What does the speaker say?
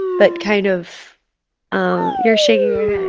but kind of um you're shaking your